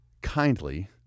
kindly